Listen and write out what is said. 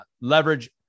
Leverage